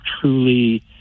truly